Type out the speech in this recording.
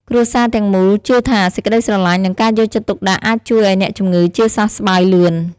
គ្រួសារទាំងមូលជឿថា សេចក្ដីស្រឡាញ់ និងការយកចិត្តទុកដាក់អាចជួយឱ្យអ្នកជំងឺជាសះស្បើយលឿន។